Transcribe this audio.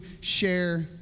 share